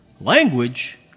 Language